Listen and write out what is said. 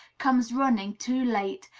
comes running, too late,